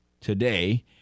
today